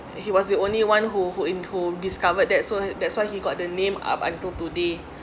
he was the only one who who in who discovered that so that's why he got the name up until today